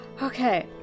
Okay